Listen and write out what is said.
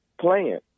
plan